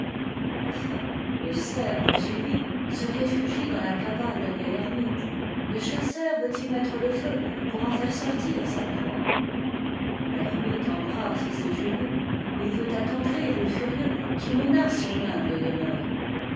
enfin le cerf poursuivi se réfugie dans la càbane d'un vieit ermite le chasseur veut y mettre le feu pour en faire sortir sa proie l'ermite embrasse ses genoux il veut attendrir le furieux qui menace son humble demeure